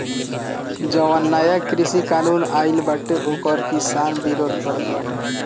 जवन नया कृषि कानून आइल बाटे ओकर किसान विरोध करत बाटे